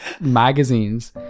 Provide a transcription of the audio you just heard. magazines